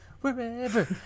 wherever